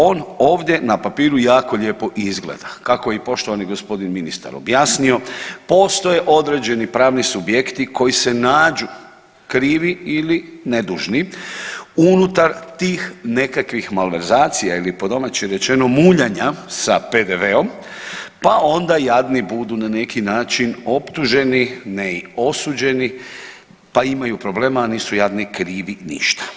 On ovdje na papiru jako lijepo izgleda, kako je i poštovani g. ministar objasnio postoje određeni pravni subjekti koji se nađu krivi ili nedužni unutar tih nekakvih malverzacija ili po domaći rečeno muljanja sa PDV-om, pa onda jadni budu na neki način optuženi ne i osuđeni, pa imaju problema, a nisu jadni krivi ništa.